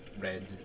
red